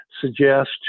suggest